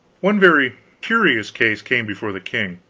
one very curious case came before the king.